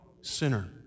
sinner